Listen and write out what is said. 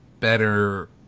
better